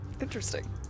interesting